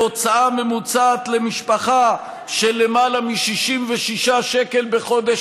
בהוצאה ממוצעת למשפחה של למעלה מ-66 שקל בחודש,